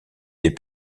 des